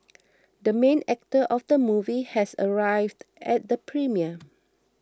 the main actor of the movie has arrived at the premiere